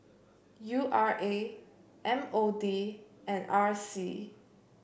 U R A M O D and R C